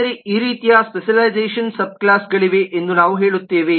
ಆದರೆ ಈ ರೀತಿಯ ಸ್ಪೆಷಲ್ಲೈಝೇಷನ್ ಸಬ್ ಕ್ಲಾಸ್ಗಳಿವೆ ಎಂದು ನಾವು ಹೇಳುತ್ತೇವೆ